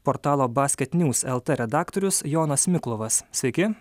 portalo basketnews lt redaktorius jonas miklovas sveiki